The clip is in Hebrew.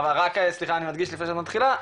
רק סליחה אני מדגיש לפני שאת מתחילה,